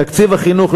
תקציב החינוך,